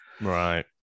Right